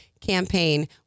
campaign